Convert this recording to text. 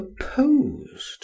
opposed